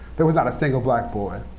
there was not a single black boy.